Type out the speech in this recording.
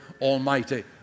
Almighty